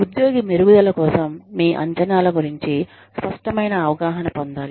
ఉద్యోగి మెరుగుదల కోసం మీ అంచనాల గురించి స్పష్టమైన అవగాహన పొందాలి